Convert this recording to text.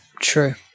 True